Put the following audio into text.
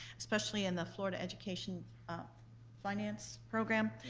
especially in the florida education um finance program,